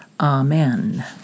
Amen